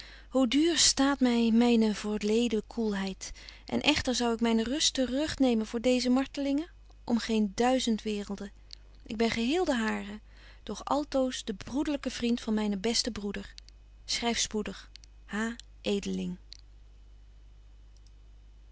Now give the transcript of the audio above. hoe duur staat my myne voorleden koelheid en echter zou ik myne rust te rug nemen voor deeze martelingen om geen duizend waerelden ik ben geheel de hare doch altoos de broederlyke vriend van mynen besten broeder schryf spoedig